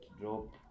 drop